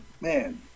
man